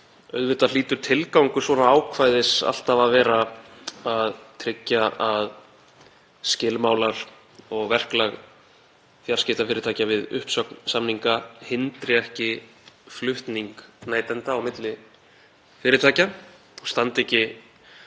Auðvitað hlýtur tilgangur svona ákvæðis alltaf að vera að tryggja að skilmálar og verklag fjarskiptafyrirtækja við uppsögn samninga hindri ekki flutning neytenda á milli fyrirtækja og standi ekki